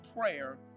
prayer